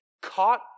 caught